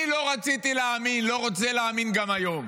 אני לא רציתי להאמין, לא רוצה להאמין גם היום,